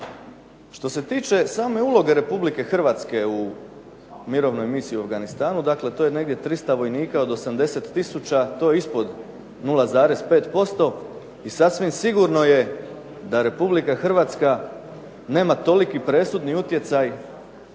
Što se tiče same uloge RH u mirovnoj misiji u Afganistanu, dakle to je negdje 300 vojnika od 80 tisuća. To je ispod 0,5%, i sasvim sigurno je da RH nema toliki presudni utjecaj